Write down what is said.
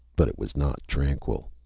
but it was not tranquil.